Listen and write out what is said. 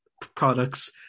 products